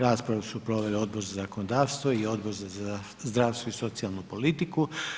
Raspravu su proveli Odbor za zakonodavstvo i Odbor za zdravstvo i socijalnu politiku.